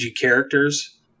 characters